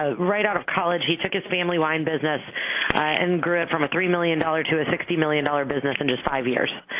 ah right out of college he took his family wine business and grew it from a three million dollars to a sixty million dollars business in just five years.